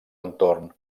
entorn